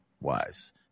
wise